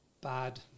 bad